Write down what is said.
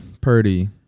Purdy